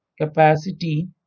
capacity